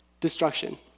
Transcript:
destruction